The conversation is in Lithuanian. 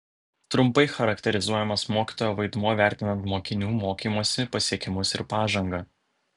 trumpai charakterizuojamas mokytojo vaidmuo vertinant mokinių mokymosi pasiekimus ir pažangą